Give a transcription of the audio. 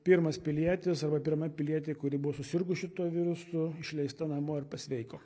pirmas pilietis arba pirma pilietė kuri buvo susirgus šituo virusu išleista namo ir pasveiko